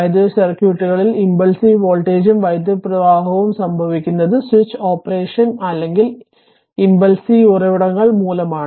വൈദ്യുത സർക്യൂട്ടുകളിൽ ഇമ്പൾസിവ് വോൾട്ടേജും വൈദ്യുത പ്രവാഹവും സംഭവിക്കുന്നത് സ്വിച്ച് ഓപ്പറേഷൻ അല്ലെങ്കിൽ ഇമ്പൾസിവ് ഉറവിടങ്ങൾ മൂലമാണ്